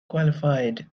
qualified